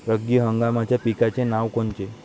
रब्बी हंगामाच्या पिकाचे नावं कोनचे?